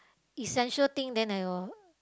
essential thing then I'll